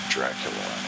Dracula